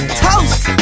toast